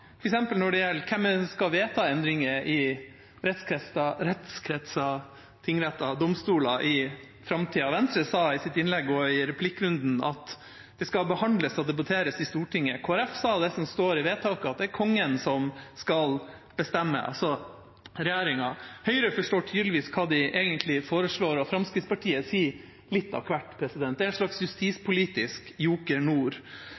f.eks. når det gjelder hvem det er som skal vedta endringer i rettskretser, tingretter og domstoler i framtiden. Venstre sa i sitt innlegg og i replikkrunden at det skal behandles og debatteres i Stortinget. Kristelig Folkeparti sa det som står i vedtaket, at det er Kongen som skal bestemme, altså regjeringa. Høyre forstår tydeligvis hva de egentlig foreslår, og Fremskrittspartiet sier litt av hvert. Det er en slags